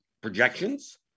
projections